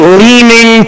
leaning